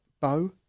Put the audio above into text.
bow